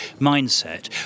mindset